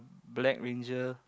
black ranger